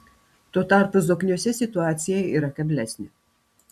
tuo tarpu zokniuose situacija yra keblesnė